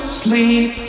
sleep